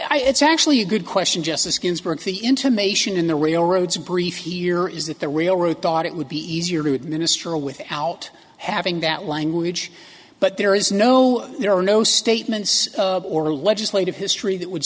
i it's actually a good question justice ginsburg the intimation in the railroads brief here is that the railroad thought it would be easier to administer a without having that language but there is no there are no statements or legislative history